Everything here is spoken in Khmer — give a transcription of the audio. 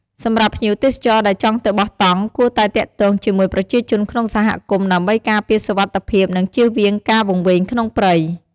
សម្រាប់ភ្ញៀវទេសចរដែលចង់ទៅបោះតង់គួតែទាក់ទងជាមួយប្រជាជនក្នុងសហគមន៍ ដើម្បីការពារសុវត្ថិភាព និងជៀសវាងការវង្វេងក្នុងព្រៃ ។